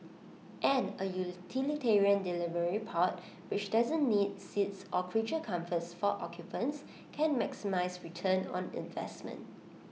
and A utilitarian delivery pod which doesn't need seats or creature comforts for occupants can maximise return on investment